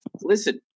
listen